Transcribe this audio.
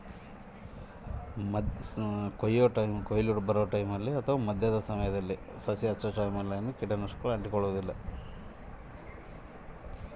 ಸಾಮಾನ್ಯವಾಗಿ ಯಾವ ಸಮಯದಲ್ಲಿ ಬೆಳೆಗೆ ಕೇಟನಾಶಕಗಳು ಅಂಟಿಕೊಳ್ಳುತ್ತವೆ?